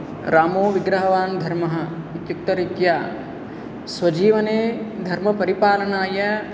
रामो विग्रहवान् धर्मः इत्युक्तरीत्या स्वजीवने धर्मपरिपालनाय